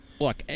Look